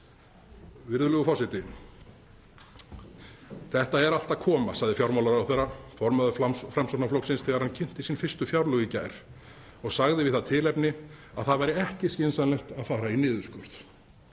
Virðulegur forseti. Þetta er allt að koma, sagði fjármálaráðherra, formaður Framsóknarflokksins, þegar hann kynnti sín fyrstu fjárlög í gær og sagði við það tilefni að það væri ekki skynsamlegt að fara í niðurskurð.